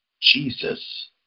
Jesus